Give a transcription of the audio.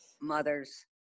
mothers